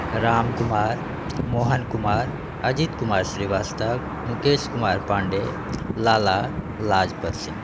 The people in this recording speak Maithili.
राम कुमार मोहन कुमार अजीत कुमार श्रीवास्तव मुकेश कुमार पाण्डेय लाला लाजपत सिंह